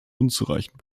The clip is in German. unzureichend